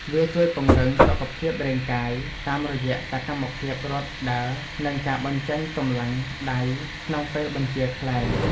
វាជួយពង្រឹងសុខភាពរាងកាយតាមរយៈសកម្មភាពរត់ ដើរ និងការបញ្ចេញកម្លាំងដៃក្នុងពេលបញ្ជាខ្លែង។